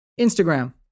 Instagram